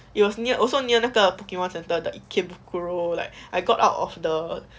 it was near also near 那个 pokemon centre the ikebukuro like I got out of the